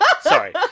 sorry